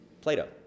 Plato